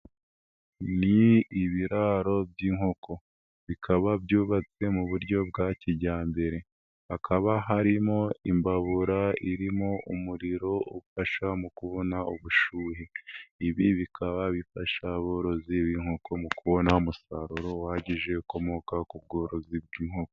Ni ibiraro by'inkoko bikaba byubatse mu buryo bwa kijyambere hakaba harimo imbabura irimo umuriro ufasha mu kubona ubushyuhe, ibi bikaba bifasha aborozi b'inkoko mu kubona umusaruro uhagije ukomoka ku bworozi bw'inkoko.